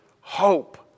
hope